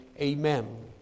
Amen